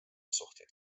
suhteid